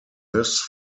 this